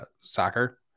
soccer